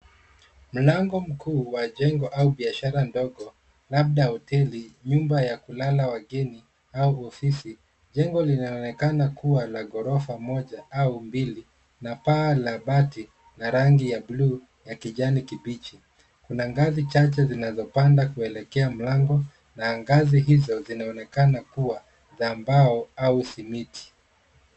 Mlango mkuu wa jengo au biashara ndogo, labda hoteli, nyumba ya kulala ya wageni au ofisi. Jengo linaonekana kuwa la ghorofa moja au mbili na paa la bati la rangi ya buluu na kijani kibichi. Kuna ngazi chache zinazopanda kuelekea mlango na ngazi hizo zinaonekana kuwa ya mbao au simiti.